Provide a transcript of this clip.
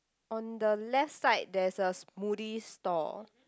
on the left side there's a Moody's store